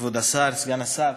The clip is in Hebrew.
כבוד השר, סגן השר,